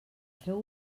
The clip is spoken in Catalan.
feu